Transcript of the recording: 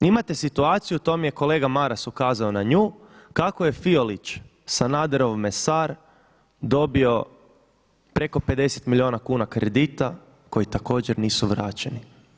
Imate situaciju, to mi je kolega Maras ukazao na nju, kako je Fiolić, Sanaderov mesar dobio preko 50 milijuna kuna kredita koji također nisu vraćeni.